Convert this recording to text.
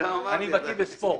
אני בקיא בספורט.